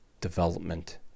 development